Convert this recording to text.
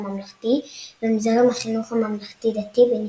הממלכתי ומזרם החינוך הממלכתי - דתי בנפרד.